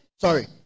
sorry